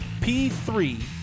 P3